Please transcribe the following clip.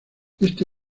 este